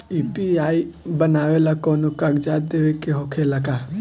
UPI बनावेला कौनो कागजात देवे के होखेला का?